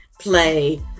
play